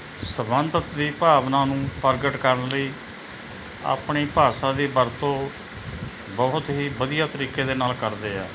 ਸਬੰਧਤ ਦੀ ਭਾਵਨਾ ਨੂੰ ਪ੍ਰਗਟ ਕਰਨ ਲਈ ਆਪਣੀ ਭਾਸ਼ਾ ਦੀ ਵਰਤੋਂ ਬਹੁਤ ਹੀ ਵਧੀਆ ਤਰੀਕੇ ਦੇ ਨਾਲ ਕਰਦੇ ਆ